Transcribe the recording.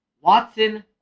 Watson